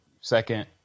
second